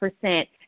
percent